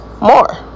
More